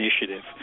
initiative